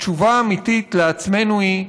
התשובה האמיתית לעצמנו היא: